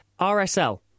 RSL